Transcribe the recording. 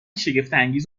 شگفتانگیز